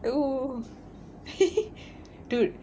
oh dude